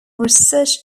research